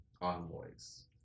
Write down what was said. envoys